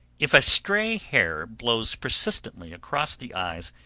if a stray hair blows persistently across the eyes,